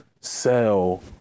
sell